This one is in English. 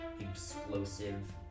explosive